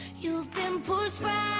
you've been